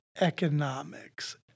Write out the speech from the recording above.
economics